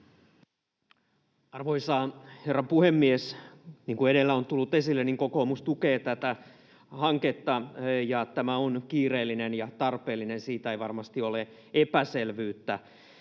Arvoisa herra puhemies! Niin kuin edellä on tullut esille, kokoomus tukee tätä hanketta, ja tämä on kiireellinen ja tarpeellinen, siitä ei varmasti ole epäselvyyttä.